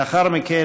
לאחר מכן,